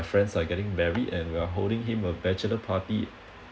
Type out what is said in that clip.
friends are getting married and we are holding him a bachelor party